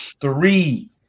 three